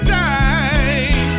die